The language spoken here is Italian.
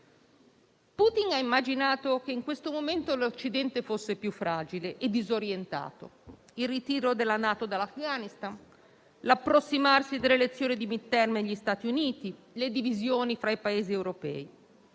Putin ha immaginato che in questo momento l'Occidente fosse più fragile e disorientato, visto il ritiro della NATO dall'Afghanistan, l'approssimarsi delle elezioni di *midterm* negli Stati Uniti, le divisioni fra i Paesi europei,